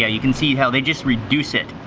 yeah you can see how they just reduce it.